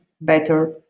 better